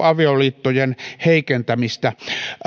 avioliittojen heikentämistä